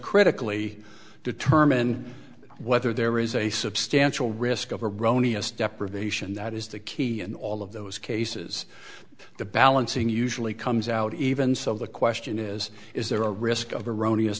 critically determine whether there is a substantial risk of a brony as deprivation that is the key in all of those cases the balancing usually comes out even so the question is is there a risk of erroneous